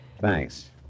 Thanks